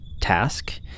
task